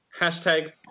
Hashtag